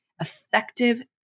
effective